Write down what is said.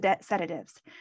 sedatives